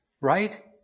right